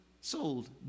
sold